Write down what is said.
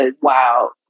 wow